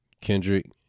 Kendrick